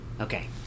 Okay